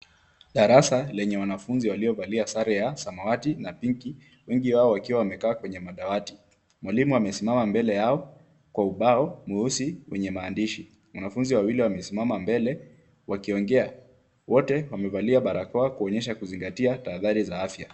Darasa lenye wanafunzi waliovalia sare ya samawati na pinki, wengi wao wakiwa wamekaa kwenye madawati. Mwalimu amesimama mbele yao kwa ubao mweusi wenye maandishi. Wanafunzi wawili wamesimama mbele wakiongea, wote wamevalia barakoa kuonyesha kuzingatia tahadhari za afya.